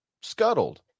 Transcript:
scuttled